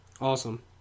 Awesome